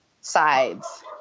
sides